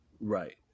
right